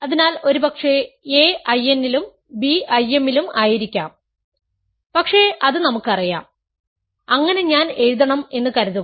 അതിനാൽ ഒരു പക്ഷെ a I n ലും b I m ലും ആയിരിക്കാം പക്ഷേ അത് നമുക്കറിയാം അങ്ങനെ ഞാൻ എഴുതണം എന്ന് കരുതുക